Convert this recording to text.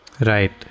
Right